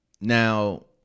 Now